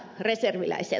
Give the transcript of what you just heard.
hän kysyi